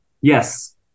Yes